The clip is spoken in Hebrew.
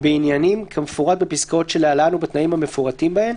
בעניינים כמפורט בפסקאות שלהלן ובתנאים המפורטים בהן,